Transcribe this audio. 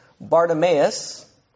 Bartimaeus